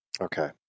Okay